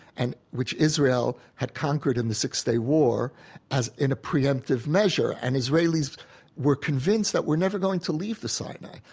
and which israel had conquered in the six day war as in a preemptive measure. and israelis were convinced that we're never going to leave the sinai.